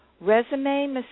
Resume